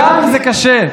גם אם זה קשה,